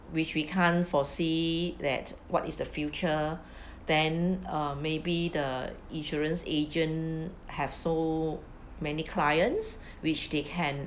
which we can't foresee that what is the future then uh maybe the insurance agent have so many clients which they can